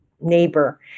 neighbor